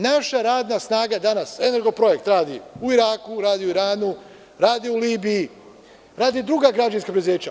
Naša radna snaga danas „Energoprojekt“ radi u Iraku, Iranu, radi u Libiji, radi druga građevinska preduzeća.